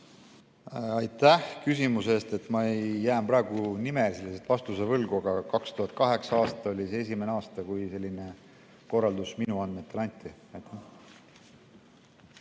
Aitäh küsimuse eest! Ma jään praegu nimelise vastuse võlgu, aga 2008. aasta oli esimene aasta, kui selline korraldus minu andmetel anti.